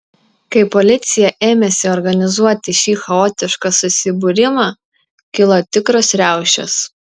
kai policija ėmėsi organizuoti šį chaotišką susibūrimą kilo tikros riaušės